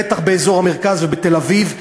בטח באזור המרכז ובתל-אביב,